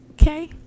Okay